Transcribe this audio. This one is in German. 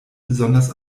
besonders